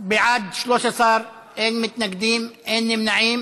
ליישום המדיניות הכלכלית לשנת התקציב 2019),